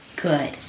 Good